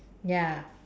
ya